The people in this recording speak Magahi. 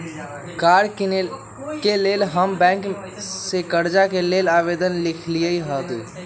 कार किनेके लेल हम बैंक से कर्जा के लेल आवेदन लिखलेए हती